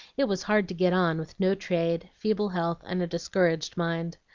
it was hard to get on, with no trade, feeble health, and a discouraged mind.